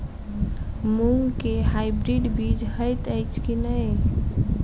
मूँग केँ हाइब्रिड बीज हएत अछि की नै?